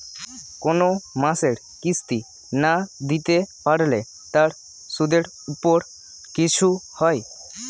কোন মাসের কিস্তি না দিতে পারলে তার সুদের উপর কিছু হয়?